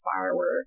firework